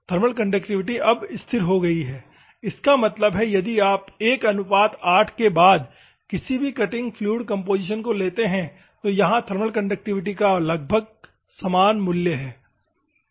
thermal conductivity अब स्थिर हो गई है इसका मतलब है कि यदि आप 18 के बाद किसी भी कटिंग फ्लूइड कम्पोजीशन को लेते हैं तो यहां थर्मल कंडक्टिविटी का लगभग समान मूल्य है